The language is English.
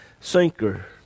sinker